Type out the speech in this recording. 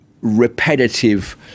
repetitive